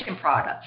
products